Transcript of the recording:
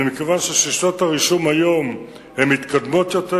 ומכיוון ששיטות הרישום היום מתקדמות יותר,